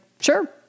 sure